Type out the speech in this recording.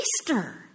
Easter